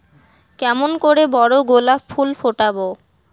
কেমন করে বড় গোলাপ ফুল ফোটাব?